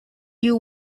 you